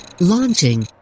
Launching